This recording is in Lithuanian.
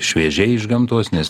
šviežiai iš gamtos nes